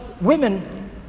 women